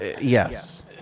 Yes